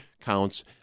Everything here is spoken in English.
counts